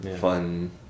fun